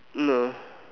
no